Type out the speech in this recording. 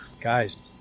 guys